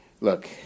look